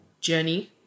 journey